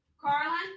Carlin